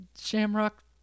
shamrock